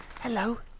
Hello